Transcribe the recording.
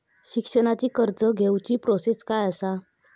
शिक्षणाची कर्ज घेऊची प्रोसेस काय असा?